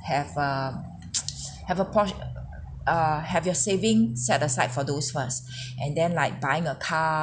have a have a pors~ uh err have your savings set aside for those first and then like buying a car